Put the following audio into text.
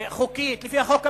חוקית, לפי החוק הבין-לאומי.